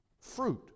Fruit